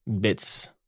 bits